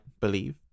believe